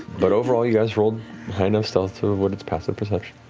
but overall you guys rolled high enough stealth to avoid its passive perception.